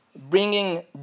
bringing